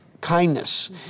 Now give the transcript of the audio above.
kindness